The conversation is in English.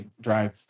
drive